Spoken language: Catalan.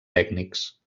tècnics